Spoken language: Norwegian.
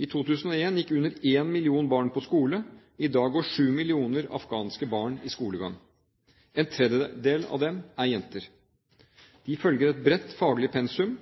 I 2001 gikk under 1 million barn på skole, i dag går 7 millioner afghanske barn i skolegang. En tredjedel av dem er jenter. De følger et bredt faglig pensum,